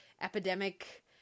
epidemic